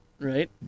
right